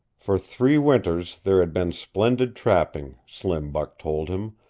for three winters there had been splendid trapping, slim buck told him,